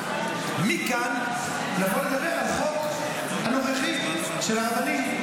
מכאן לבוא ולדבר על החוק הנוכחי של הרבנים,